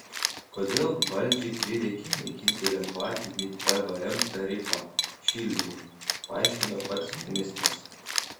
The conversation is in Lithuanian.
kodėl valdžiai prireikė naikinti lengvatinį pvm tarifą šildymui paaiškino pats ministras